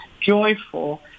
joyful